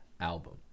album